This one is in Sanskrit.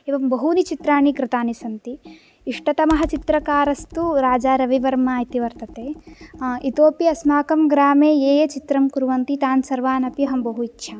एवं बहूनि चित्राणि कृतानि सन्ति इष्टतमः चित्रकारस्तु राजा रविवर्मा इति वर्तते इतोऽपि अस्माकं ग्रामे ये ये चित्रं कुर्वन्ति तान् सर्वानपि अहं बहु इच्छामि